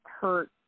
hurt